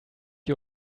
you